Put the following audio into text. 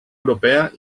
europea